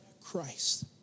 Christ